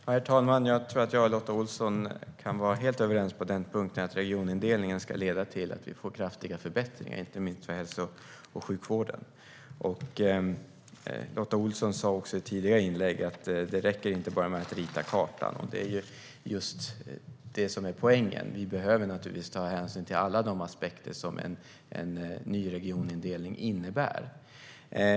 Herr talman! Jag tror att jag och Lotta Olsson kan vara helt överens på den punkten: Regionindelningen ska leda till att vi får kraftiga förbättringar, inte minst för hälso och sjukvården. Lotta Olsson sa också i ett tidigare inlägg att det inte räcker med att bara rita kartan. Det är just detta som är poängen. Vi behöver naturligtvis ta hänsyn till alla aspekter som en ny regionindelning innebär.